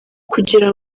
kugira